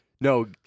no